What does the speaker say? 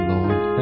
Lord